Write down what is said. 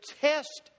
test